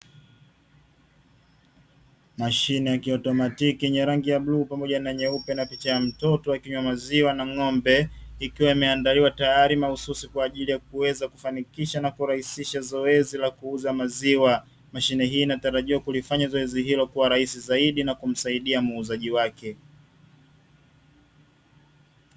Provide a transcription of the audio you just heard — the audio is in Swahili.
Mashine ya kiautomatiki yenye rangi ya bluu pamoja na nyeupe na picha ya mtoto akinywa maziwa na ng'ombe ikiwa imeandaliwa tayari mahususi kwa ajili ya kuweza kufanikisha na kurahisisha zoezi la kuuza maziwa. Mashine hii inatarajiwa kulifanya zoezi hilo kuwa rahisi zaidi na kumsaidia muuzaji wake.